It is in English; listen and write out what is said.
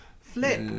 Flip